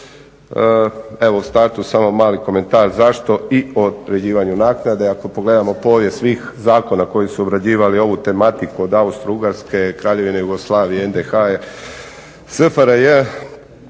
Evo u startu samo mali komentar zašto i određivanju naknade. Ako pogledamo povijest svih zakona koji su obrađivali ovu tematiku od Austro-ugarske, Kraljevine Jugoslavije, NDH, SFRJ svi